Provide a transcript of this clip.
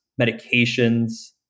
medications